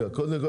את הבעיה.